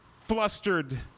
flustered